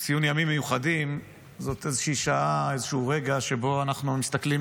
ציון ימים מיוחדים זה איזשהו רגע שבו אנחנו מסתכלים